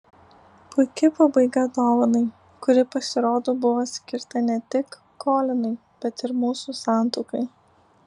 puiki pabaiga dovanai kuri pasirodo buvo skirta ne tik kolinui bet ir mūsų santuokai